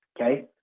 Okay